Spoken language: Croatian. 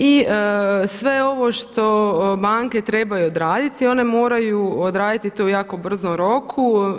I sve ovo što banke trebaju odraditi one moraju odraditi to u jako brzom roku.